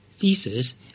thesis